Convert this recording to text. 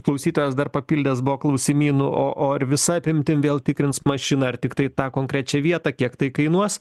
klausytojas dar papildęs buvo klausimynu o o ar visa apimtim vėl tikrins mašiną ar tiktai tą konkrečią vietą kiek tai kainuos